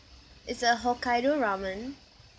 it's a Hokkaido ramen